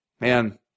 man